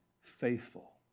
faithful